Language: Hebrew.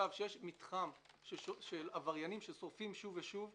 כשיש מתחם של עבריינים ששורפים שוב ושוב-